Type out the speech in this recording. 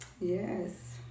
yes